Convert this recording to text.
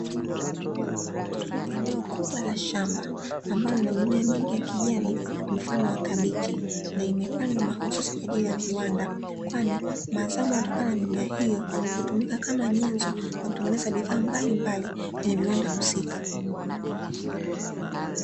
Eneo kubwa la shamba ambalo lina mimea mingi ya kijani mfano wa kabichi na imepandwa mahususi kwa ajili ya viwanda, kwani mazao yanayotokana na mimea hiyo hutumika kama nyenzo za kutengeneza bidhaa mbalimbali kwenye viwanda husika.